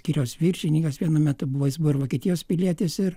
skyriaus viršininkas vienu metu buvo jis buvo ir vokietijos pilietis ir